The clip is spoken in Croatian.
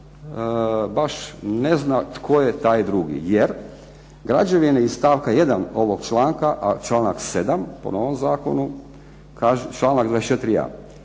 baš ne zna tko je taj drugi, jer građevine iz stavka 1. a članak 7. po novom Zakonu, članak 24.a,